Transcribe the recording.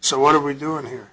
so what are we doing here